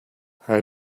how